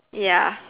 ya